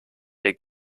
der